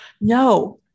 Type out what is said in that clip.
no